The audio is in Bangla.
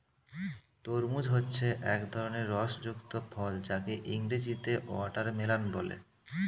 তরমুজ হচ্ছে এক ধরনের রস যুক্ত ফল যাকে ইংরেজিতে ওয়াটারমেলান বলে